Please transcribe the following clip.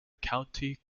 county